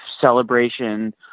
celebration